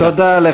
תודה.